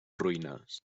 ruïnes